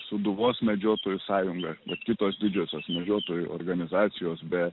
sūduvos medžiotojų sąjunga kitos didžiosios medžiotojų organizacijos be